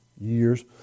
years